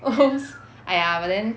!oops! !aiya! but then